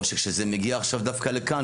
או כשזה מגיע עכשיו דווקא לכאן,